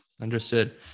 Understood